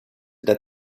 der